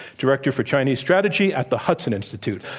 director for chinese strategy at the hudson institute.